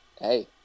hey